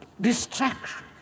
distraction